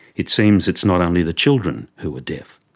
it seems it's not only the children who are deaf.